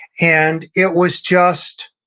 and it was just